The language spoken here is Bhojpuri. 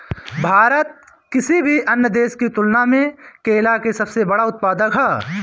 भारत किसी भी अन्य देश की तुलना में केला के सबसे बड़ा उत्पादक ह